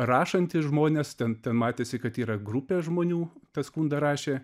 rašantys žmonės ten ten matėsi kad yra grupė žmonių tą skundą rašė